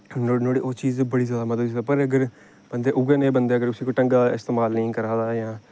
नुआढ़ी उस चीज दी बड़ी ज्यादा मदद होई सकदी पर अगर बंदा उऐ नेह् बंदे अगर उसी कोई ढंगै दा इस्तमाल नेईं करा दे होऐ जां